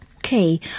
Okay